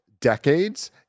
decades